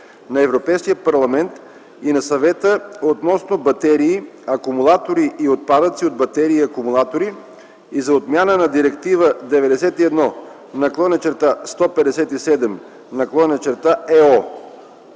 на Европейския парламент и на Съвета относно батерии, акумулатори и отпадъци от батерии и акумулатори и за отмяна на Директива 91/157/ЕО.